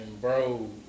bro